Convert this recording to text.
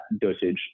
dosage